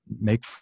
make